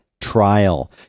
trial